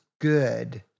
good